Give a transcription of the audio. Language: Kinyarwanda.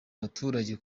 abaturage